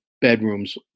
bedrooms